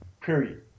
Period